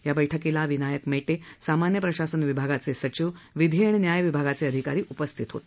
या बैठकीला विनायक मेटे सामान्य प्रशासन विभागाचे सचिव सीताराम कुंटे विधी आणि न्याय विभागाचे अधिकारी उपस्थित होते